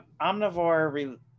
Omnivore